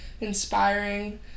inspiring